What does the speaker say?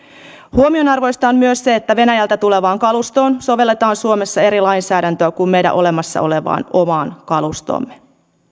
huomionarvoista on myös se että venäjältä tulevaan kalustoon sovelletaan suomessa eri lainsäädäntöä kuin meidän olemassa olevaan omaan kalustoomme